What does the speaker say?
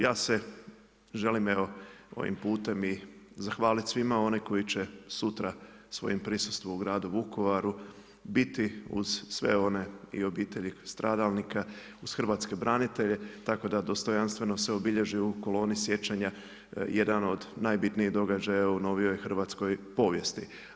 Ja se želim evo ovim putem i zahvalit svima onima koji će sutra svojim prisustvom u gradu Vukovaru, biti uz sve one i obitelji stradalnika, uz hrvatske branitelje tako da dostojanstveno se obilježi u koloni sjećanja jedan od najbitnijih događaja u novijoj hrvatskoj povijesti.